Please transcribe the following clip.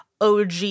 OG